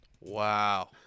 wow